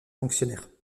fonctionnaire